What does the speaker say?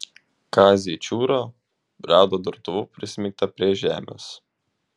kazį čiūrą rado durtuvu prismeigtą prie žemės